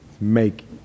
make